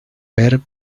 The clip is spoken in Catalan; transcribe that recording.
per